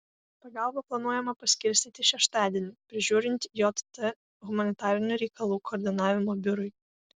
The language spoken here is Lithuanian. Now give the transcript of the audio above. pagalbą planuojama paskirstyti šeštadienį prižiūrint jt humanitarinių reikalų koordinavimo biurui